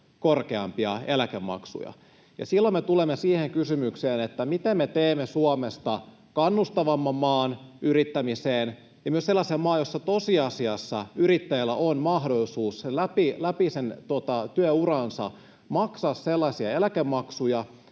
korkeampia eläkemaksuja. Silloin me tulemme siihen kysymykseen, miten me teemme Suomesta kannustavamman maan yrittämiseen ja myös sellaisen maan, jossa tosiasiassa yrittäjillä on mahdollisuus läpi työuransa maksaa sellaisia eläkemaksuja,